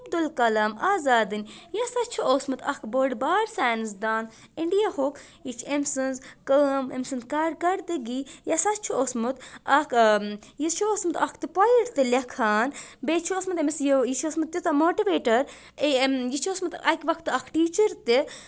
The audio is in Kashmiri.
کلام آزادٕنۍ یہِ ہسا چھُ اوسمُت اکھ بوٚڑ بار ساینسدان انڈیہُک یہِ چھِ أمۍ سٕنٛز کٲم أمۍ سٕنٛز کر کارکردگی یہِ ہسا چھُ اوسمُت اکھ یہِ چھُ اوسمُت اکھ تہِ پویٹ تہِ لیٚکھان بیٚیہِ چھُ اوسمُت أمِس یہِ یہِ چھُ اوسمُت تیوٗتاہ موٹویٹر یہِ چھُ اوسمُت اکہِ وقتہٕ اکھ ٹیٖچر تہِ